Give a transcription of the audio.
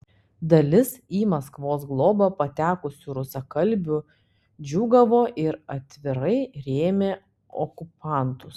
dalis į maskvos globą patekusių rusakalbių džiūgavo ir atvirai rėmė okupantus